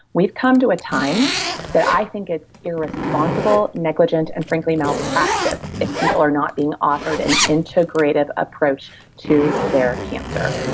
we've come to a time that i think it's irresponsible, negligent, and, frankly, malpractice if people are not being offered an integrative approach to their cancer.